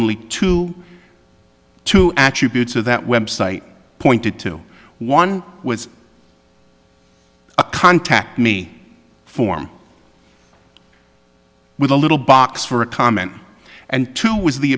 only two to actually buttes of that website pointed to one was a contact me form with a little box for a comment and two was the